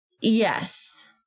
Yes